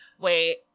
wait